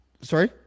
Sorry